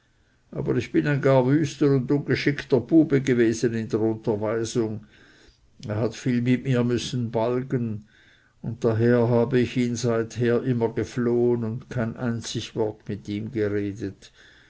aber ich bin gar ein wüster und ungeschickter bube gewesen in der unterweisung er hat viel mit mir müssen balgen und daher habe ich ihn seither immer geflohen und kein einzig wort mit ihm geredet